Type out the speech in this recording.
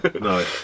No